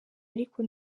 ariko